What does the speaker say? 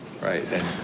Right